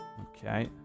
Okay